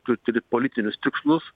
tu turi politinius tikslus